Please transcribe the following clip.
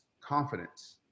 confidence